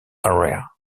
arena